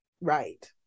right